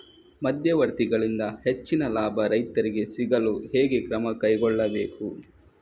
ಮಧ್ಯವರ್ತಿಗಳಿಂದ ಹೆಚ್ಚಿನ ಲಾಭ ರೈತರಿಗೆ ಸಿಗಲು ಹೇಗೆ ಕ್ರಮ ಕೈಗೊಳ್ಳಬೇಕು?